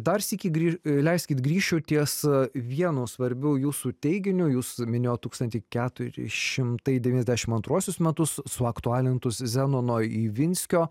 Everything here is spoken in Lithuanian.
dar sykį grįž leiskit grįšiu ties vienu svarbiu jūsų teiginiu jūs minėjot tūkstantį keturi šimtai devyniasdešim antruosius metus su suaktualintus zenono ivinskio